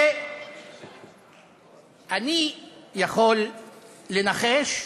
ואני יכול לנחש,